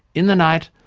in the night,